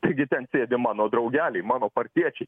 taigi ten sėdi mano draugeliai mano partiečiai